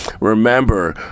Remember